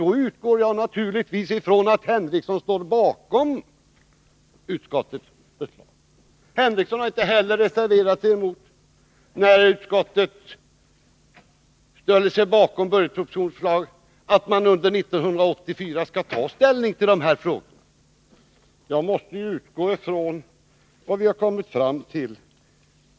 Jag utgår då naturligtvis från att Sven Henricsson står bakom utskottets förslag. Sven Henriesson har inte heller reserverat sig mot att utskottet ställt sig bakom budgetpropositionens förslag, att man under 1984 skall ta ställning till de här frågorna. Jag måste utgå från vad vi har kommit fram till.